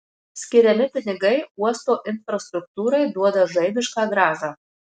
skiriami pinigai uosto infrastruktūrai duoda žaibišką grąžą